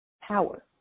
power